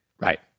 Right